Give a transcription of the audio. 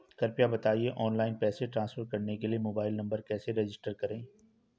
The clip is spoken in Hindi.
कृपया बताएं ऑनलाइन पैसे ट्रांसफर करने के लिए मोबाइल नंबर कैसे रजिस्टर करें?